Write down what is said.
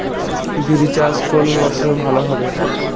বিরি চাষ কোন মরশুমে ভালো হবে?